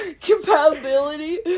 Compatibility